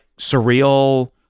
surreal